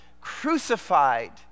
Crucified